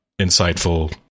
insightful